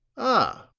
ah,